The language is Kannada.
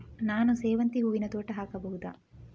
ನಾನು ಸೇವಂತಿ ಹೂವಿನ ತೋಟ ಹಾಕಬಹುದಾ?